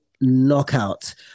Knockout